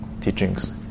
teachings